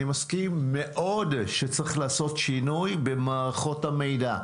אני מסכים מאוד שצריך לעשות שינוי במערכות המידע.